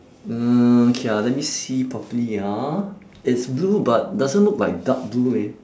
mm okay ah let me see properly ah it's blue but doesn't look like dark blue leh